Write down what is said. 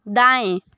दाएँ